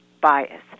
bias